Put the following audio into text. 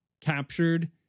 captured